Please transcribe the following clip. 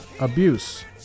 abuse